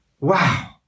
Wow